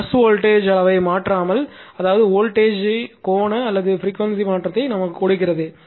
அது bus voltage அளவை மாற்றாமல் அதாவது வோல்டேஜ் கோண அல்லது ப்ரீக்வென்சி மாற்றத்தை கொடுக்கிறது